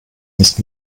nicht